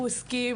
אנחנו עוסקים,